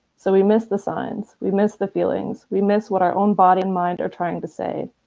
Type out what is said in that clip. so we missed the signs. we miss the feelings. we miss what our own body and mind are trying to say.